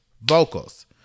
vocals